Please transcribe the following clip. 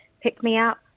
pick-me-up